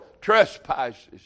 trespasses